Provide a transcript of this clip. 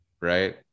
right